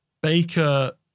Baker